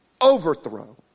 Overthrow